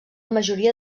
majoria